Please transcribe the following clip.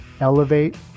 elevate